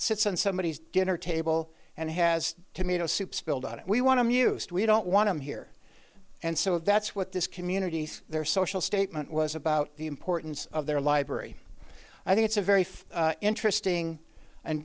sits on somebodies dinner table and has tomato soup spilled on it we want to mused we don't want to hear and so that's what this community their social statement was about the importance of their library i think it's a very interesting